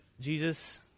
Jesus